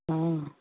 ਹਾਂ